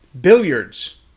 billiards